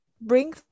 bring